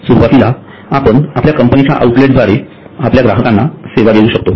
सुरुवातीला आपण आपल्या कंपनीच्या आउटलेट द्वारे आपल्या ग्राहकांना सेवा देऊ शकतो